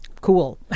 cool